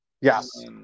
yes